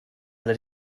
alle